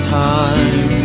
time